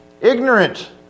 ignorant